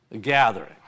gathering